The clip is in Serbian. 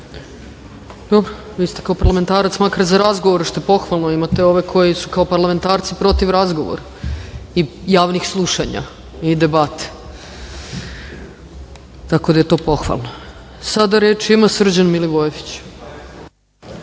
vam. Dobro, vi ste kao parlamentarac makar za razgovore što je pohvalno, imate ove koji su kao parlamentarci protiv razgovora i javnih slušanja i debate, tako da je to pohvalno. Sada reč ima Srđan Milivojević.